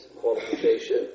qualification